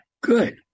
good